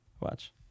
Watch